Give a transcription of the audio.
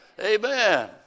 Amen